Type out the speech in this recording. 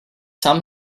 some